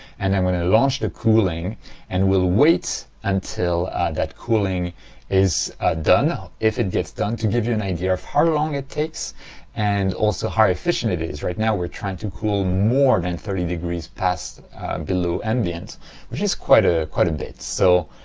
and i'm going to launch the cooling and we'll wait until that cooling is done. now if it gets done, to give you an idea of how long it takes and also how efficient it is right now we're trying to cool more than thirty degrees passed below ambient which is quite a quite a bit. so